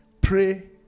Pray